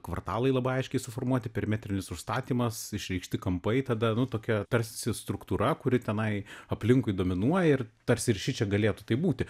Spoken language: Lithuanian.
kvartalai labai aiškiai suformuoti perimetrinis užstatymas išreikšti kampai tada nu tokia tarsi struktūra kuri tenai aplinkui dominuoja ir tarsi ir šičia galėtų taip būti